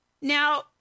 Now